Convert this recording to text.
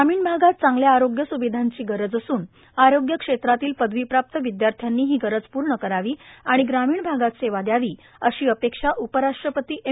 ग्रामीण भागात चांगल्या आरोग्य स्विधांची गरज असून आरोग्य क्षेत्रातील पदवीप्राप्त विद्यार्थ्यांनी ही गरज पूर्ण करावी आणि ग्रामीण भागात सेवा द्यावी अशी अपेक्षा उपराष्ट्रपती एम